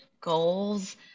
goals